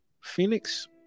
Phoenix